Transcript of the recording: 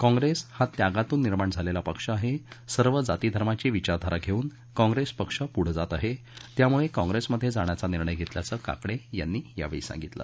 काँप्रेस हा त्यागातून निर्माण झालेला पक्ष आहे सर्व जाती धर्माची विचारधारा घेऊन काँप्रेस पक्ष पुढं जात आहे त्यामुळे काँप्रेसमध्ये जाण्याचा निर्णय घेतल्याचं काकडे यांनी यावेळी सांगितलं